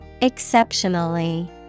Exceptionally